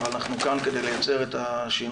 אבל אנחנו כאן כדי לייצר את השינוי.